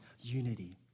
unity